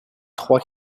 trois